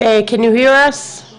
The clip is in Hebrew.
חופשי): אני